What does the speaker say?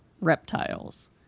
reptiles